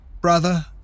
brother